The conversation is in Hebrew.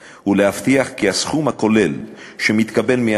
ולהבטיח כי הסכום הכולל שמתקבל מהעבודה